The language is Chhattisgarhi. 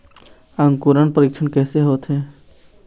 अंकुरण परीक्षण कैसे होथे?